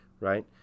right